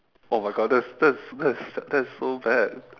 oh my god that's that's that's that's so bad